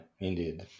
indeed